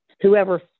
Whoever